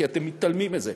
כי אתם מתעלמים מזה.